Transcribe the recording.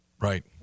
Right